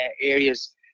areas